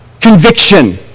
Conviction